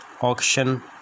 auction